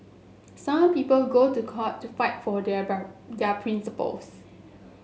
some people go to court to fight for their their principles